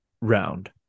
round